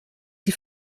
die